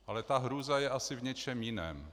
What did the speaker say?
Ale ta hrůza je asi v něčem jiném.